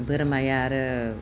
बोरमाया आरो